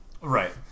Right